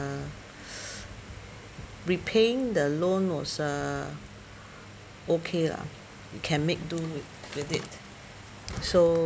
um repaying the loan was uh okay lah can make do with with it so